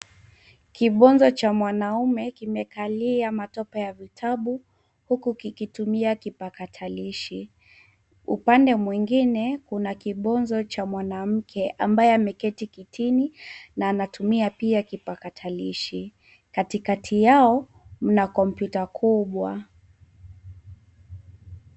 Kibonzo cha mwanaume kimekalia matopa ya vitabu, huku kikitumia kipakatalishi. Upande mwingine, kuna kibonzo cha mwanamke ambaye ameketi kitini, na anatumia pia kipakatalishi. Katikati yao, mna kompyuta kubwa.